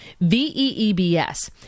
V-E-E-B-S